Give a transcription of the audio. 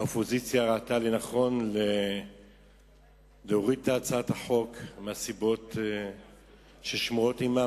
והאופוזיציה ראתה לנכון להוריד אותה מהסיבות ששמורות עמה.